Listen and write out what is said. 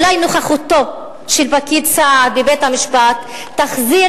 אולי נוכחותו של פקיד סעד בבית-המשפט תחזיר